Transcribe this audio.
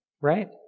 right